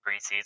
preseason